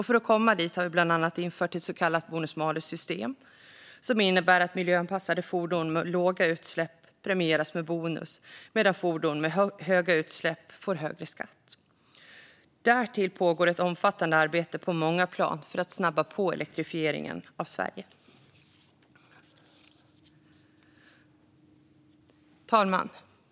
För att komma dit har vi bland annat infört ett så kallat bonus malus-system, som innebär att miljöanpassade fordon med låga utsläpp premieras med bonus medan fordon med höga utsläpp får högre skatt. Därtill pågår ett omfattande arbete på många plan för att snabba på elektrifieringen av Sverige. Herr talman!